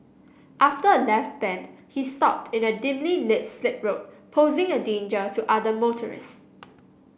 after a left bend he stopped in a dimly lit slip road posing a danger to other motorists